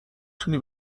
تونی